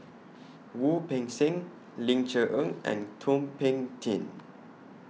Wu Peng Seng Ling Cher Eng and Thum Ping Tjin